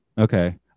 Okay